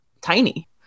tiny